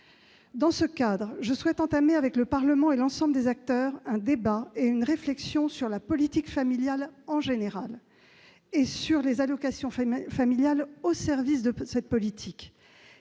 Dans ce cadre, je souhaite entamer avec le Parlement et l'ensemble des acteurs un débat et une réflexion sur la politique familiale en général et sur les allocations familiales au service de cette politique.